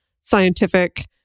scientific